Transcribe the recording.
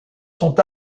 sont